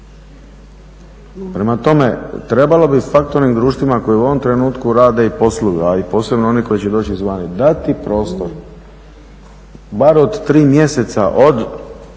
Prema tome trebalo bi faktoring društvima koji u ovom trenutku rade i posluju, a i posebno oni koji će doći izvana, dati prostor bar od 3 mjeseca od